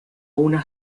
una